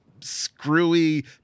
screwy